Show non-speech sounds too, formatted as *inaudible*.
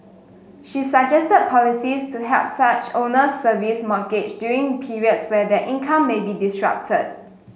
she *unintelligible* policies to help such owners service mortgage during periods where their income may be disrupted